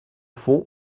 fond